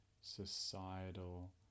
societal